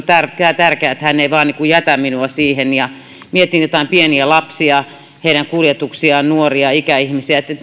tärkeää että hän ei vain jätä minua siihen ja mietin joitakin pieniä lapsia heidän kuljetuksiaan nuoria ikäihmisiä